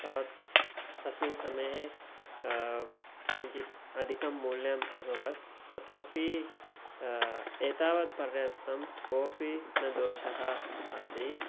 ताव् तस्मिन् समये किञ्चित् अधिकं मूल्यम् अभवत् तथापि एतावत् पर्यन्तं कोपि न दोषः आसीत्